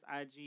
IG